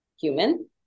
human